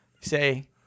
say